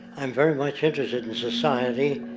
i'm very much interested in society